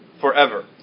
forever